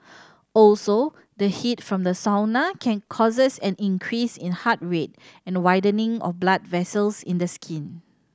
also the heat from the sauna can causes an increase in heart rate and widening of blood vessels in the skin